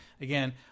again